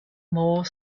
more